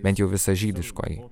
bent jau visa žydiškoji